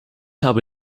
habe